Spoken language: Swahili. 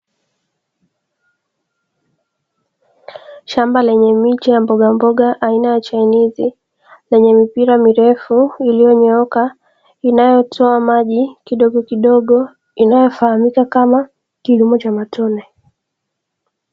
Shamba lenye miche ya mbogamboga aina ya chainizi, lenye mipira mirefu iliyonyooka inayotoa maji kidogokidogo, inayofahamika kama kilimo cha matone.